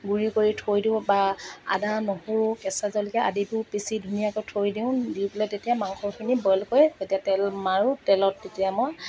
গুৰি কৰি থৈ দিওঁ বা আদা নহৰু কেঁচা জলকীয়া আদিবোৰ পিচি ধুনীয়াকৈ থৈ দিওঁ দি পেলাই তেতিয়া মাংসখিনি বইল কৰি তাতে তেল মাৰোঁ তেলত তেতিয়া মই